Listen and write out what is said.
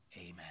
Amen